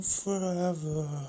forever